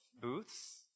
Booths